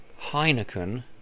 Heineken